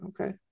Okay